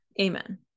amen